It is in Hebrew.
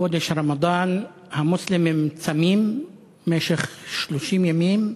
בחודש הרמדאן המוסלמים צמים במשך 30 ימים,